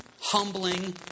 humbling